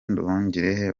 nduhungirehe